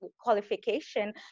qualification